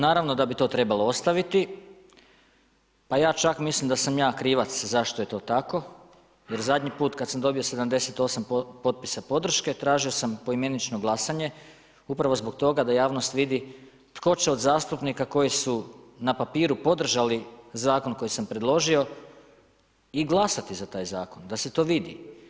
Naravno da bi to trebalo ostaviti, pa ja čak mislim da sam ja krivac zašto je to tako jer zadnji put kada sam dobio 78 potpisa podrške tražio sam poimenično glasanje, upravo zbog toga da javnost vidi tko će od zastupnika koji su na papiru podržali zakon koji sam predložio i glasati za taj zakon, da se to vidi.